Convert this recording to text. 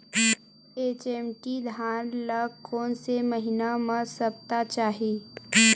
HMT धान ल कोन से महिना म सप्ता चाही?